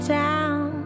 town